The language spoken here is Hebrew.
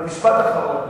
ומשפט אחרון.